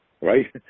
right